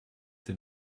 den